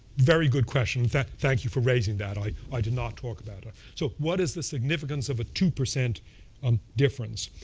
very good question. thank you for raising that. i i did not talk about it. so what is the significance of a two percent um difference?